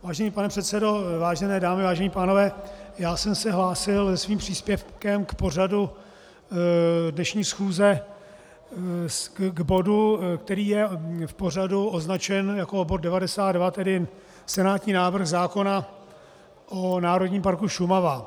Vážený pane předsedo, vážené dámy, vážení pánové, já jsem se hlásil se svým příspěvkem k pořadu dnešní schůze, k bodu, který je v pořadu označen jako bod 92, tedy senátní návrh zákona o Národním parku Šumava.